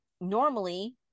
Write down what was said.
normally